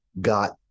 got